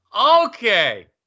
Okay